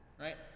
right